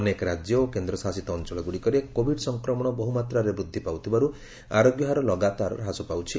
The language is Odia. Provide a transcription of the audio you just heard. ଅନେକ ରାଜ୍ୟ ଓ କେନ୍ଦ୍ରଶାସିତ ଅଞ୍ଚଳଗୁଡ଼ିକରେ କୋଭିଡ ସଂକ୍ରମଣ ବହୁମାତ୍ରାରେ ବୃଦ୍ଧି ପାଉଥିବାରୁ ଆରୋଗ୍ୟ ହାର ଲଗାତାର ହ୍ରାସ ପାଉଛି